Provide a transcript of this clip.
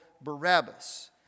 Barabbas